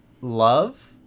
love